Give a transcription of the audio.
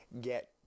get